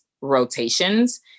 rotations